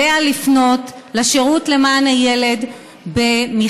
עליה לפנות אל השירות למען הילד במכתב.